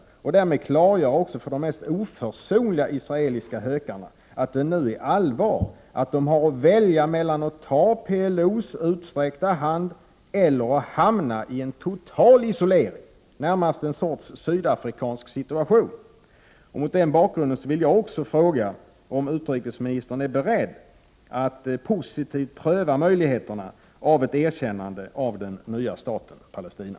Detta skulle därmed klargöra för de mest oförsonliga israeliska hökarna att det nu är allvar, att de har att välja mellan att ta PLO:s utsträckta hand eller att hamna i en total isolering, närmast liknande Sydafrikas situation. Mot den bakgrunden vill jag också fråga om utrikesministern är beredd att positivt pröva möjligheterna till ett erkännande av den nya staten Palestina.